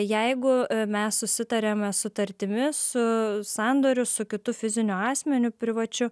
jeigu mes susitariame sutartimi su sandoriu su kitu fiziniu asmeniu privačiu